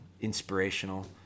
Inspirational